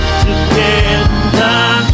together